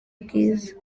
bwiza